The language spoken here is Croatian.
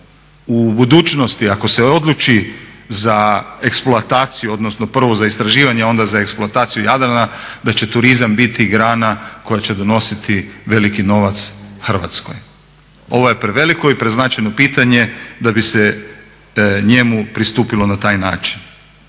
u budućnosti ako se odluči za eksploataciju, odnosno prvo za istraživanje, a onda za eksploataciju Jadrana, da će turizam biti grana koja će donositi veliki novac Hrvatskoj. Ovo je preveliko i preznačajno pitanje da bi se njemu pristupilo na taj način.